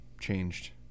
changed –